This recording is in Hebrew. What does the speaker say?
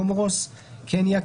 קומורוס; קניה,